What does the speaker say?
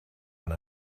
one